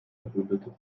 verbündete